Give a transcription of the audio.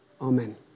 Amen